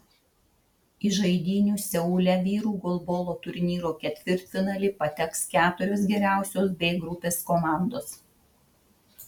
į žaidynių seule vyrų golbolo turnyro ketvirtfinalį pateks keturios geriausios b grupės komandos